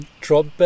drop